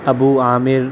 ابو عامر